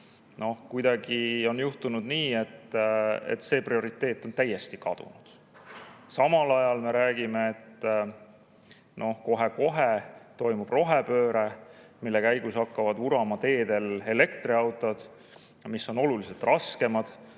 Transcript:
Kuidagi on juhtunud nii, et see prioriteet on täiesti kadunud. Samal ajal me räägime, et kohe-kohe toimub rohepööre, mille käigus hakkavad teedel vurama elektriautod, mis on oluliselt raskemad,